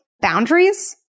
Boundaries